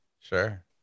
Sure